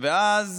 ואז